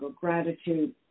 gratitude